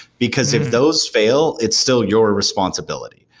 because if those fail, it's still your responsibility.